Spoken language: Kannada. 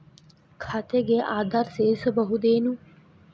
ಖಾತೆಗೆ ಆಧಾರ್ ಸೇರಿಸಬಹುದೇನೂ?